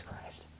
Christ